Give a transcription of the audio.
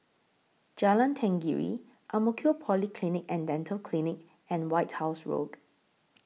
Jalan Tenggiri Ang Mo Kio Polyclinic and Dental Clinic and White House Road